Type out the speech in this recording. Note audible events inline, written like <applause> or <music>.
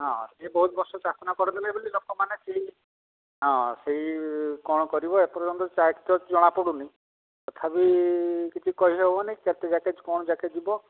ହଁ ସେ ବହୁତ ବର୍ଷ <unintelligible> କରିଦେଲେ ବୋଲି ଲୋକମାନେ ସେଇ ହଁ ସେଇ କ'ଣ କରିବ ଏପର୍ଯ୍ୟନ୍ତ <unintelligible> ତ ଜଣାପଡ଼ୁନି ତଥାପି କିଛି କହିହେବନି କେତେ ଯାକେ କ'ଣ ଯାକେ ଯିବ